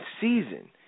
season